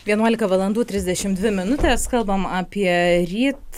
vienuolika valandų trisdešim dvi minutės kalbam apie ryt